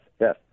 yes